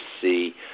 see